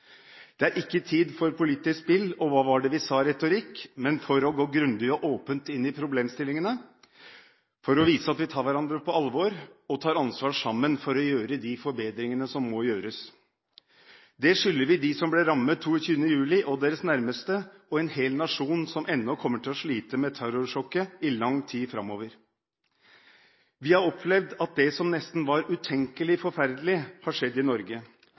Det er ikke tid for politisk spill og hva var det vi sa-retorikk, men tid for å gå grundig og åpent inn i problemstillingene for å vise at vi tar hverandre på alvor og tar ansvar sammen for å gjøre de forbedringene som må gjøres. Det skylder vi dem som ble rammet 22. juli, deres nærmeste og en hel nasjon, som kommer til å slite med terrorsjokket i lang tid framover. Vi har opplevd at det som nesten var utenkelig forferdelig, har skjedd i Norge.